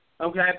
Okay